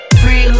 free